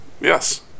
Yes